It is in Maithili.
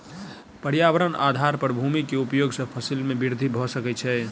पर्यावरणक आधार पर भूमि के उपयोग सॅ फसिल में वृद्धि भ सकै छै